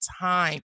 time